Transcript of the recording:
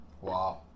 Wow